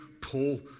Paul